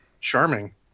charming